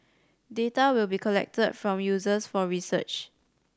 data will be collected from users for research